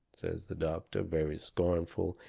says the doctor, very scornful,